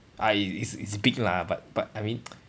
I is is big lah but but I mean